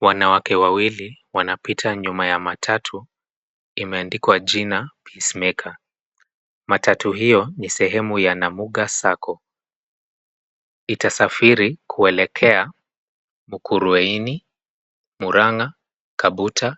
Wanawake wawili wanapita nyuma ya matatu, imeandikwa jina, peacemaker , matatu hiyo ni sehemu ya Namuga Sacco, itasafiri kuelekea, Mukurweini, Murang'a, Kabuta,